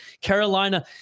Carolina